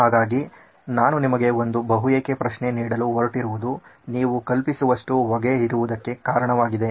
ಹಾಗಾಗಿ ನಾನು ನಿಮಗೆ ಒಂದು ಬಹು ಏಕೆ ಪ್ರಶ್ನೆ ನೀಡಲು ಹೊರಟಿರುವುದು ನೀವು ಕಲ್ಪಿಸುವಷ್ಟು ಹೊಗೆ ಇರುವುದಕ್ಕೆ ಕಾರಣವಾಗಿದೆ